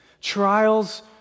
Trials